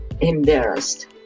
embarrassed